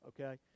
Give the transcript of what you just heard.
Okay